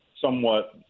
somewhat